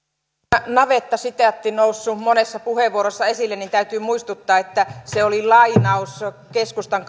tämä navettasitaatti noussut monessa puheenvuorossa esille niin täytyy muistuttaa että se oli lainaus keskustan